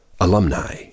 alumni